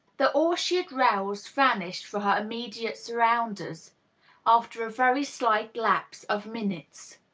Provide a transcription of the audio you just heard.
the awe she had roused vanished for her immediate surrounders after very slight lapse of minutes.